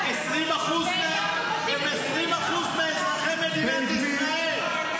הם 20% מאזרחי מדינת ישראל.